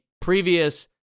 previous